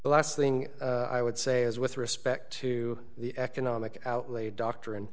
the last thing i would say is with respect to the economic outlay doctrine